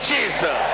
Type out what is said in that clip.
Jesus